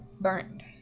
Burned